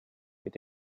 mit